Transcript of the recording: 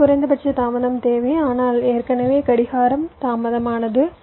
எனவே குறைந்தபட்ச தாமதம் தேவை ஆனால் ஏற்கனவே கடிகாரம் தாமதமானது